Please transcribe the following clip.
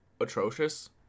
atrocious